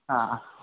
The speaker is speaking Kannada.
ಹಾಂ